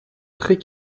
très